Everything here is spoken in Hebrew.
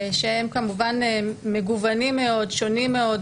שהם כמובן מגוונים מאוד ושונים מאוד,